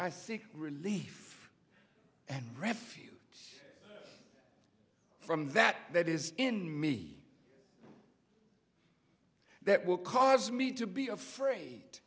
seek relief and refuge from that that is in me that will cause me to be afraid